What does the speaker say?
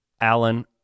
Alan